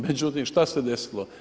Međutim, što se desilo?